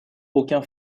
aucun